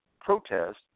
protest